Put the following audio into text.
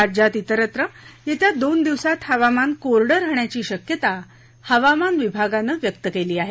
राज्यात इतरत्र येत्या दोन दिवसात हवामान कोरडं राहण्याची शक्यता हवामान विभागानं व्यक्त केली आहे